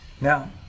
Now